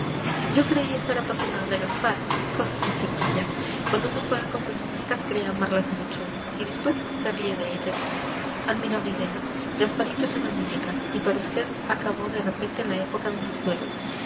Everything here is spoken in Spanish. yo creí estar apasionada de gaspar cosas de chiquillas cuando una juega con sus muñecas cree amarlas mucho y después se ríe de ellas admirable idea gasparito es una muñeca y para vd acabó de repente la época de los juegos